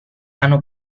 hanno